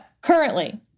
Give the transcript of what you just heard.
currently